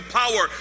power